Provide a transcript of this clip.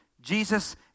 Jesus